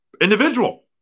individual